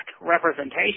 representation